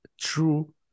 true